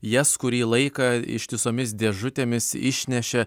jas kurį laiką ištisomis dėžutėmis išnešė